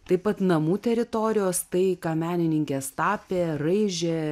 taip pat namų teritorijos tai ką menininkės tapė raižė